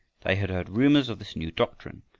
they had heard rumors of this new doctrine,